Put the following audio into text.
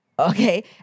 Okay